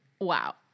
Wow